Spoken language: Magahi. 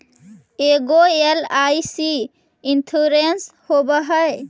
ऐगो एल.आई.सी इंश्योरेंस होव है?